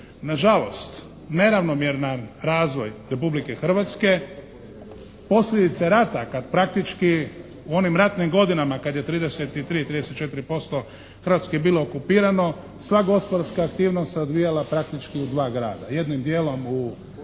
Nažalost neravnomjeran razvoj Republike Hrvatske posljedica je rata kad praktički u onim ratnim godinama kad je 33, 34% Hrvatske bilo okupirano, sva gospodarska aktivnost se odvijala praktički u dva grada. Jednim dijelom u Rijeci